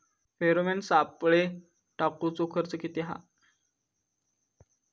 Pheromone सापळे टाकूचो खर्च किती हा?